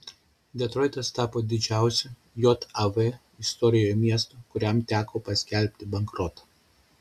detroitas tapo didžiausiu jav istorijoje miestu kuriam teko paskelbti bankrotą